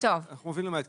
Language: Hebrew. אנחנו מבינים למה התכוונו.